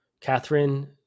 Catherine